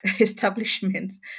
establishments